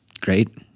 Great